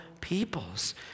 peoples